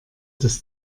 das